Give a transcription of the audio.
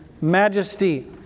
majesty